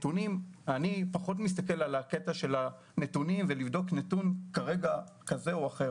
אני פחות מסתכל על הנתונים ולבדוק כרגע נתון כזה או אחר.